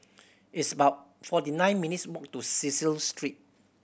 it's about forty nine minutes' walk to Cecil Street